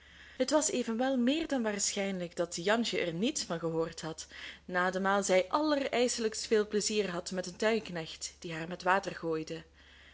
het was evenwel meer dan waarschijnlijk dat jansje er niets van gehoord had nademaal zij allerijselijkst veel pleizier had met den tuinknecht die haar met water gooide